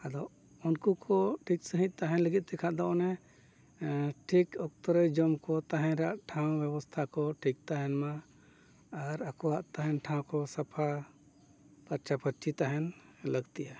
ᱟᱫᱚ ᱩᱱᱠᱩ ᱠᱚ ᱴᱷᱤᱠ ᱥᱟᱺᱦᱤᱡ ᱛᱟᱦᱮᱱ ᱞᱟᱹᱜᱤᱫ ᱛᱮᱠᱷᱟᱱ ᱫᱚ ᱚᱱᱮ ᱴᱷᱤᱠ ᱚᱠᱛᱚ ᱨᱮ ᱡᱚᱢ ᱠᱚ ᱛᱟᱦᱮᱱ ᱨᱮᱭᱟᱜ ᱴᱷᱟᱶ ᱵᱮᱵᱚᱥᱛᱷᱟ ᱠᱚ ᱴᱷᱤᱠ ᱛᱟᱦᱮᱱᱼᱢᱟ ᱟᱨ ᱟᱠᱚᱣᱟᱜ ᱛᱟᱦᱮᱱ ᱴᱷᱟᱶ ᱠᱚ ᱥᱟᱯᱷᱟ ᱯᱷᱟᱨᱪᱟ ᱯᱷᱟᱹᱨᱪᱤ ᱛᱟᱦᱮᱱ ᱞᱟᱹᱠᱛᱤᱭᱟ